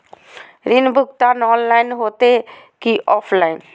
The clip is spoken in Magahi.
ऋण भुगतान ऑनलाइन होते की ऑफलाइन?